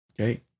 Okay